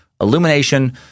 illumination